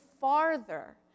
farther